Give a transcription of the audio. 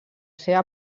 seva